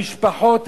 המשפחות,